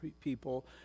people